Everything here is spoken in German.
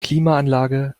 klimaanlage